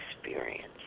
experience